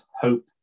hope